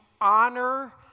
honor